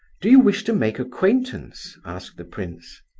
do you wish to make acquaintance asked the prince.